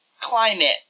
climate